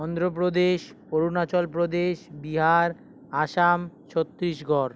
Andhra Pradesh Arunachal Pradesh Bihar Assam Chhattisgarh